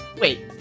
Wait